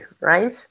right